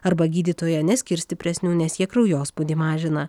arba gydytoja neskirs stipresnių nes jie kraujospūdį mažina